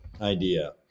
idea